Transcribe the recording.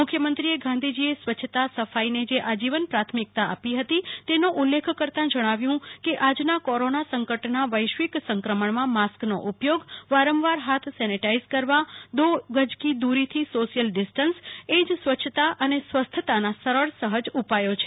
મુખ્યમંત્રીએ ગાંધીજીએ સ્વય્છતા સફાઇને જે આજીવન પ્રાથમિકતા આપી હતી તેનો ઉલ્લેખ કરતાં જણાવ્યું કે આજના કોરોના સંકટના વૈશ્વિક સંક્રમણમાં માસ્કનો ઉપયોગ વારંવાર હાથ સેનેટાઈઝ કરવા દો ગજ કી દુરીથી સોશિયલ ડિસ્ટન્સ એ જ સ્વચ્છતા અને સ્વસ્થતાના સરળ સહજ ઉપાયો છે